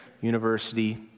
university